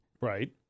Right